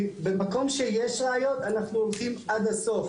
במקום שיש ראיות אנחנו הולכים עד הסוף.